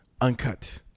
uncut